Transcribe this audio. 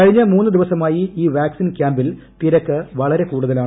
കഴിഞ്ഞ മൂന്നു ദിവസമായി ഈ വാക്സിൻ ക്യാമ്പിൽ തിരക്ക് വളരെ കൂടുതലാണ്